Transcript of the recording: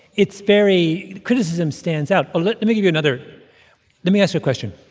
it's very criticism stands out. oh, let me give you another let me ask you a question.